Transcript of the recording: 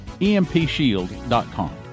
EMPshield.com